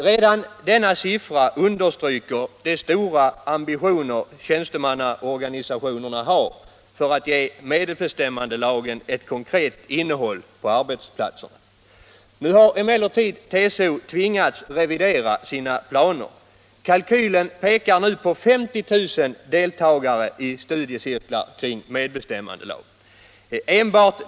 Redan denna siffra understryker de stora ambitioner tjänstemannaorganisationerna har för att ge medbestämmandelagen ett konkret innehåll på arbetsplatserna. Nu har emellertid TCO tvingats revidera sina planer. Kalkylen pekar nu på 50 000 deltagare i studiecirklar om medbestämmandelagen.